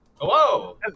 hello